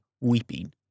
weeping